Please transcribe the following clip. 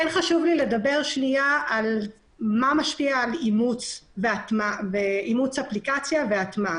חשוב לי לדבר שנייה על מה משפיע על הטמעת אפליקציה מסוימת.